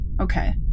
okay